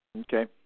Okay